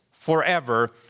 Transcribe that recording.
forever